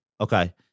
Okay